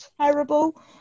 terrible